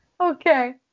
Okay